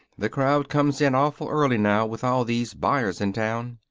the crowd comes in awful early now, with all these buyers in town.